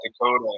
Dakota